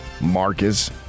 Marcus